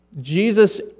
Jesus